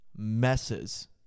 messes